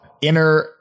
inner